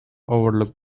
overlook